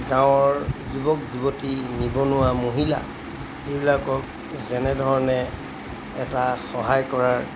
গাঁৱৰ যুৱক যুৱতী নিবনুৱা মহিলা এইবিলাকক যেনেধৰণে এটা সহায় কৰাৰ